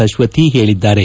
ಅಶ್ವಥಿ ಹೇಳಿದ್ದಾರೆ